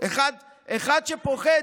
אחד שפוחד,